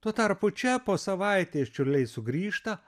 tuo tarpu čia po savaitės čiurliai sugrįžta